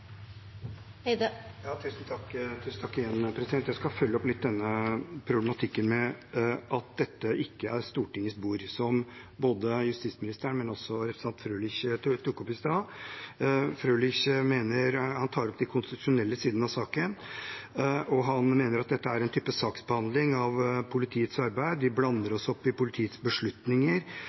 er omme. De talere som heretter får ordet, har en taletid på inntil 3 minutter. Jeg skal følge opp den problematikken med at dette ikke er Stortingets bord, som både justisministeren og representanten Frølich tok opp i stad. Frølich tar opp de konstitusjonelle sidene av saken, og han mener at dette er en type saksbehandling av politiets arbeid, og at vi blander oss opp i politiets beslutninger.